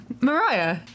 Mariah